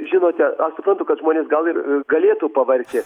žinote aš suprantu kad žmonės gal ir galėtų pavargti